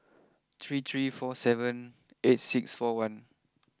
three three four seven eight six four one